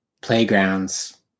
playgrounds